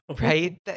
Right